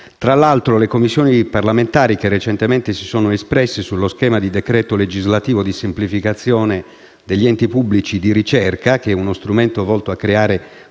Tra l'altro, le Commissioni parlamentari che recentemente si sono espresse sullo schema di decreto legislativo di semplificazione degli enti pubblici di ricerca, che è uno strumento volto a creare